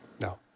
No